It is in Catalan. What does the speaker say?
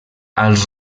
als